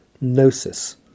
Gnosis